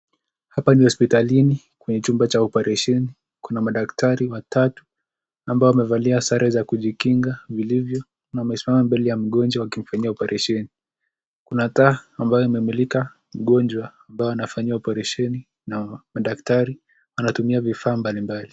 Hapa ni hospitalini kwenye chumba cha oparesheni. Kuna madaktari watatu ambao wamevalia sare za kujikinga vilivyo na wamesimama mbele ya mgonjwa wakimfanyia oparesheni. Kuna taa ambayo imemulika mgonjwa ambao anafanywa oparesheni na madaktari anatumia vifaa mbalimbali.